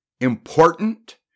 Important